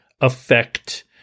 affect